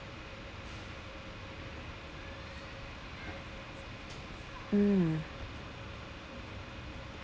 hmm